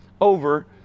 over